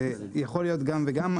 זה יכול להיות גם וגם.